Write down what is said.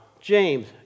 James